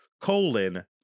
colon